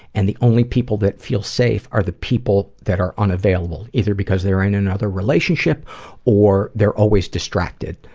and the only people that feel safe are the people that are unavailable, either because they're in another relationship or they're always distracted,